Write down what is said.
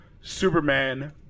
Superman